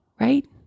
right